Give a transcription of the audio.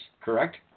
correct